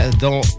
Dont